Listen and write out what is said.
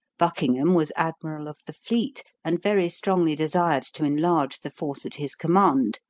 buckingham was admiral of the fleet, and very strongly desired to enlarge the force at his command,